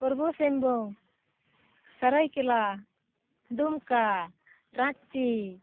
Purba Singhbhum Saraikela Dumka Ranchi